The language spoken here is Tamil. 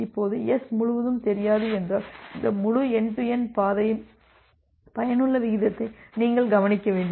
இப்போது S முழுதும் தெரியாது என்றால் இந்த முழு என்டு டு என்டு பாதையின் பயனுள்ள விகிதத்தை நீங்கள் கவனிக்க வேண்டும்